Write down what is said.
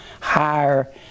higher